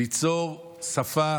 ליצור שפה